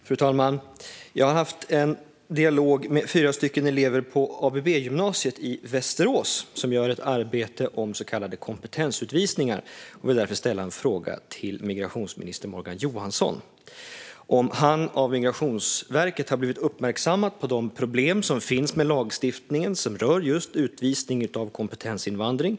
Fru talman! Jag har haft en dialog med fyra elever på ABB-gymnasiet i Västerås som gör ett arbete om så kallade kompetensutvisningar. Jag vill därför fråga migrationsminister Morgan Johansson om Migrationsverket har gjort honom uppmärksam på de problem som finns med lagstiftningen som rör just utvisning av kompetensinvandring.